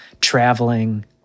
traveling